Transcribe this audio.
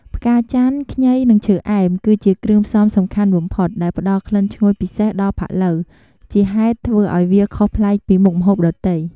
ផ្កាចន្ទន៍ ខ្ញី និងឈើអែម គឺជាគ្រឿងផ្សំសំខាន់បំផុត ដែលផ្ដល់ក្លិនឈ្ងុយពិសេសដល់ផាក់ឡូវ ជាហេតុធ្វើឱ្យវាខុសប្លែកពីមុខម្ហូបដទៃ។